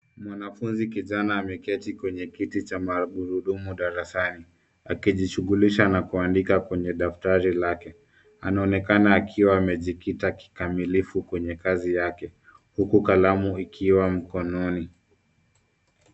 Mwanafunzi kijana ameketi kwenye kiti cha magurudumu darasani akijishughulisha na kuandika kwenye daftari lake. Anaonekana akiwa amejikita kikamilifu kwenye kazi yake huku kalamu ikiwa mikononi.